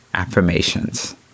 affirmations